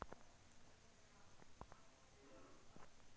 दालों का व्यापार भारत प्राचीन समय से ही करता आ रहा है